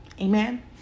Amen